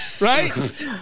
Right